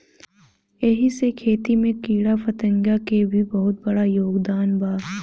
एही से खेती में कीड़ाफतिंगा के भी बहुत बड़ योगदान बा